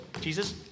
jesus